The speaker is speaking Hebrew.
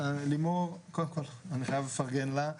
לימור, קודם כל אני חייב לפרגן לה.